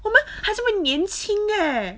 我们还这么年轻 eh